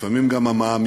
לפעמים גם המעמיקה,